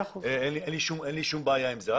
אין לי בעיה עם זה.